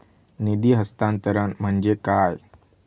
निधी हस्तांतरण म्हणजे काय?